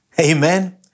Amen